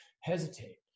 hesitate